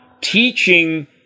teaching